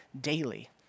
daily